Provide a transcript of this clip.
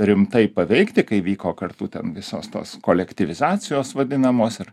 rimtai paveikti kai vyko kartu ten visos tos kolektyvizacijos vadinamos ir